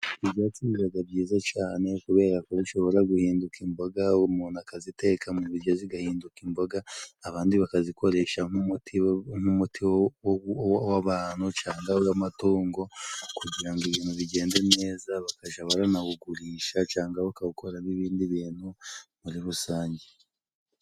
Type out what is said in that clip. Ibi byatsi bibaga byiza cane kubera ko bishobora guhinduka imboga, umuntu akaziteka mu biryo zigahinduka imboga, abandi bakazikoresha nk'umuti, nk'umuti w'abantu cangwa w'amatungo kugira ngo ibintu bigende neza, bakaja baranawugurisha cangwa bakawukuramo ibindi bintu muri rusange.